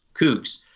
kooks